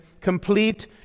complete